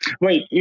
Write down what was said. Wait